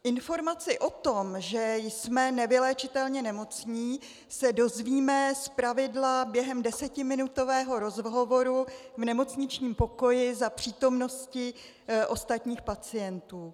Informaci o tom, že jsme nevyléčitelně nemocní, se dozvíme zpravidla během desetiminutového rozhovoru v nemocničním pokoji za přítomnosti ostatních pacientů.